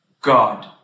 God